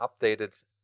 updated